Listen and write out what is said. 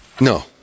No